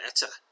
better